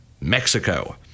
Mexico